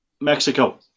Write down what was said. Mexico